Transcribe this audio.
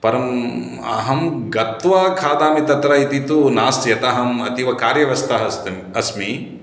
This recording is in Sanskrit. परम् अहं गत्वा खादापि तत्र इति तु नास्ति यदहम् अतीवकार्यव्यस्तः अस्ति अस्मि